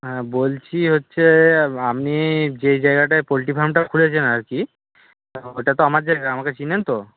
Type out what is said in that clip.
হ্যাঁ বলছি হচ্ছে আপনি যেই জায়গাটায় পোলট্রি ফার্মটা খুলেছেন আর কি ওটা তো আমার জায়গা আমাকে চেনেন তো